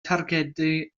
targedu